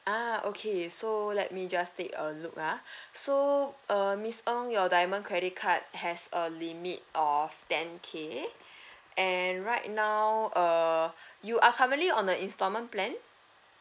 ah okay so let me just take a look ah so uh miss ng your diamond credit card has a limit of ten K and right now uh you are currently on a instalment plan